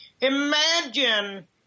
Imagine